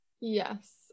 yes